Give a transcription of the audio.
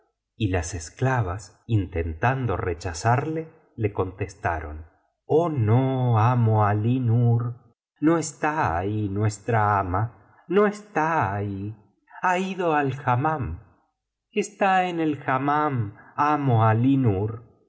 y las esclavas intentando rechazarle le contestaron oh no amo alí nur no está ahí nuestra ama no está ahí ha ido al hammam está en el hammam